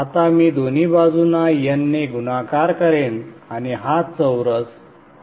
आता मी दोन्ही बाजूंना N ने गुणाकार करेन आणि हा चौरस होईल